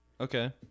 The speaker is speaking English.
Okay